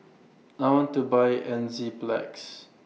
I want to Buy Enzyplex